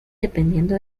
dependiendo